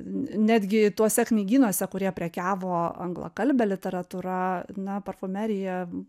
netgi tuose knygynuose kurie prekiavo anglakalbe literatūra na parfumerija